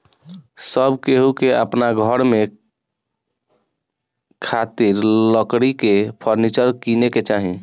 सब केहू के अपना घर में खातिर लकड़ी के फर्नीचर किने के चाही